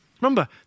Remember